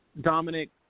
Dominic